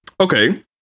Okay